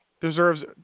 deserves –